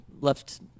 left